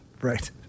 Right